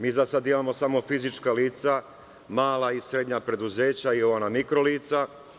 Mi za sada imamo samo fizička lica, mala i srednja preduzeća i ona mikro lica.